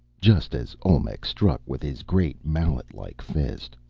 just as olmec struck with his great mallet-like fist.